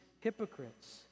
hypocrites